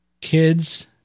kids